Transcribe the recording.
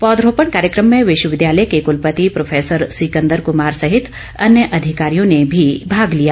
पौधारोपण कार्यक्रम में विश्वविद्यालय के कुलपति प्रोफैसर सिकन्दर कुमार सहित अन्य अधिकारियों ने भी हिस्सा लिया